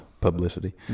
publicity